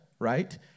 Right